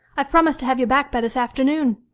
i've promised to have you back by this afternoon.